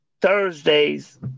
Thursdays